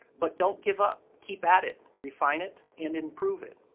but don't give up. keep at it. refine it and improve it.